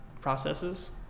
processes